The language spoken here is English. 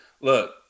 Look